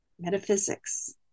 metaphysics